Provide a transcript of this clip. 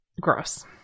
gross